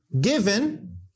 given